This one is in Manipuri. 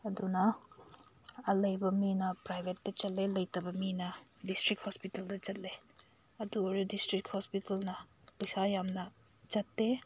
ꯑꯗꯨꯅ ꯑꯂꯩꯕ ꯃꯤꯅ ꯄ꯭ꯔꯥꯏꯕꯦꯠꯇ ꯆꯠꯂꯦ ꯂꯩꯇꯕ ꯃꯤꯅ ꯗꯤꯁꯇ꯭ꯔꯤꯛ ꯍꯣꯁꯄꯤꯇꯥꯜꯗ ꯆꯠꯂꯦ ꯑꯗꯨ ꯑꯣꯏꯔꯗꯤ ꯗꯤꯁꯇ꯭ꯔꯤꯛ ꯍꯣꯁꯄꯤꯇꯥꯜꯅ ꯄꯩꯁꯥ ꯌꯥꯝꯅ ꯆꯠꯇꯦ